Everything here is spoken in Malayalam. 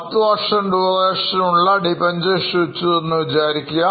10 year duration യുള്ള debenture issue ചെയ്തു എന്ന് വിചാരിക്കുക